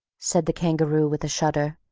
said the kangaroo, with a shudder,